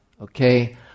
okay